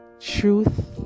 truth